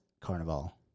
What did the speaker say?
Carnival